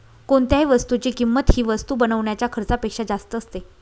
कोणत्याही वस्तूची किंमत ही वस्तू बनवण्याच्या खर्चापेक्षा जास्त असते